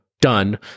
done